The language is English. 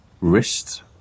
wrist